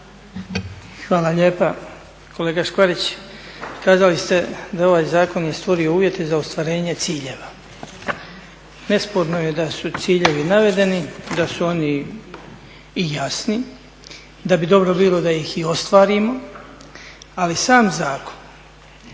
Hvala lijepa. Kolega Škvarić, kazali ste da ovaj zakon je stvorio uvjete za ostvarenje ciljeva. Nesporno je da su ciljevi navedeni, da su oni i jasni, da bi dobro bilo da ih i ostvarimo, ali sam zakon,